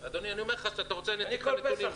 אתה רוצה, אני אתן לך גם נתונים.